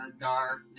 darkness